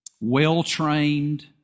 well-trained